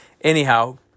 anyhow